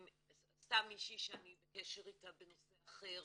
עשתה מישהי שאני בקשר איתה בנושא אחר,